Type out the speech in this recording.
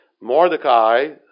Mordecai